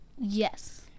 Yes